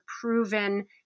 proven